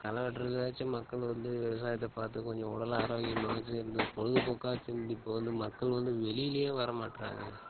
களை வெட்டுறதுக்காச்சும் மக்கள் வந்து விவசாயத்தை பார்த்து கொஞ்சம் உடல் ஆரோக்கியமாவாச்சும் இருந்து பொழுதுபோக்காச்சும் இருந்து இப்போ வந்து மக்கள் வந்து வெளியிலே வர்ற மாட்டேறாங்க